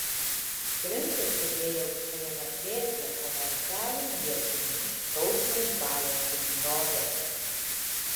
princas sėdėjo aukštajame krėsle po martelių ietimi iš skausmo išbalęs kaip drobė